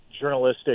journalistic